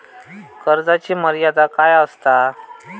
कर्जाची मर्यादा काय असता?